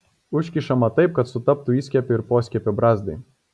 užkišama taip kad sutaptų įskiepio ir poskiepio brazdai